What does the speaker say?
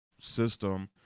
system